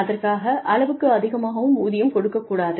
அதற்காக அளவுக்கு அதிகமாகவும் ஊதியம் கொடுக்கக்கூடாது